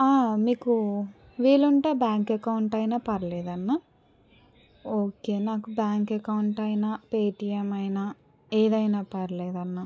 మీకు వీలు ఉంటే బ్యాంక్ ఎకౌంట్ అయినా పర్లేదన్న ఓకే నాకు బ్యాంక్ ఎకౌంట్ అయినా పేటీఎం అయినా ఏదైనా పర్లేదన్నా